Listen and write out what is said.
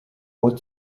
what